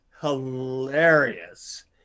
hilarious